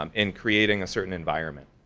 um in creating a certain environment